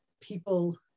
people